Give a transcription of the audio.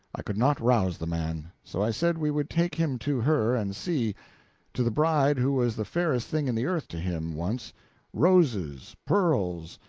i could not rouse the man so i said we would take him to her, and see to the bride who was the fairest thing in the earth to him, once roses, pearls,